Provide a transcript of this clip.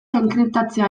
enkriptatzea